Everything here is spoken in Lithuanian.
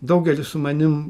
daugelis su manim